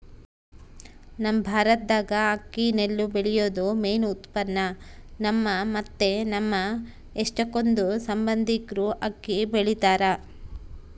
ನಮ್ ಭಾರತ್ದಾಗ ಅಕ್ಕಿ ನೆಲ್ಲು ಬೆಳ್ಯೇದು ಮೇನ್ ಉತ್ಪನ್ನ, ನಮ್ಮ ಮತ್ತೆ ನಮ್ ಎಷ್ಟಕೊಂದ್ ಸಂಬಂದಿಕ್ರು ಅಕ್ಕಿ ಬೆಳಿತಾರ